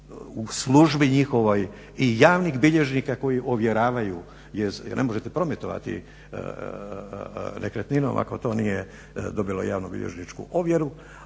u službi njihovoj i javnih bilježnika koji ovjeravaju jer ne možete prometovati nekretninom ako to nije dobilo javnobilježničku ovjeru,